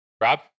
Rob